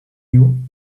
you